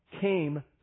came